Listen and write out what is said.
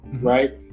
right